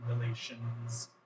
relations